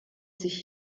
sich